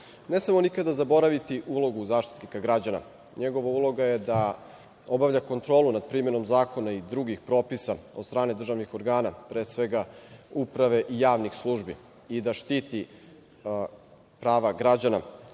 Ne smemo nikada zaboraviti ulogu Zaštitnika građana. NJegova uloga je da obavlja kontrolu nad primenom zakona i drugih propisa od strane državnih organa, pre svega uprave i javnih službi i da štiti prava građana.